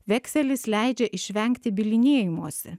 vekselis leidžia išvengti bylinėjimosi